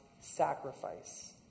sacrifice